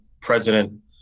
president